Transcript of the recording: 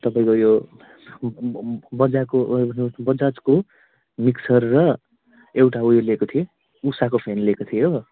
तपाईँको यो बजाजको बजाजको मिक्सर र एउटा उयो लिएको थिएँ उषाको फेन लिएको थिएँ हो